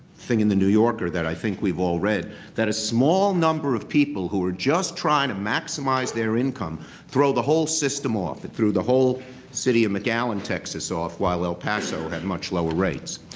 thing in the new yorker that i think we've all read that a small number of people who are just trying to maximize their income throw the whole system off. it threw the whole city of mcallen, texas, off while el paso had much lower rates.